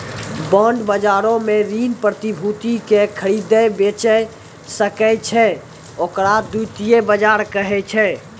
bond बजारो मे ऋण प्रतिभूति के खरीदै बेचै सकै छै, ओकरा द्वितीय बजार कहै छै